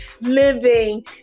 living